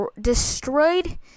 destroyed